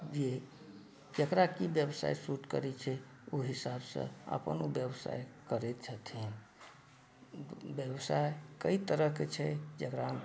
जे ककरा की व्यवसाय सूट करैत छै ओहि हिसाबसँ अपन व्यवसाय करैत छथिन व्यवसाय कई तरहके छै जकरा हम